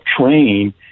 train